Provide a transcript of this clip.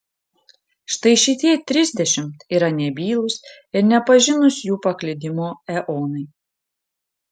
štai šitie trisdešimt yra nebylūs ir nepažinūs jų paklydimo eonai